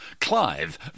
Clive